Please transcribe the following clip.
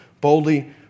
boldly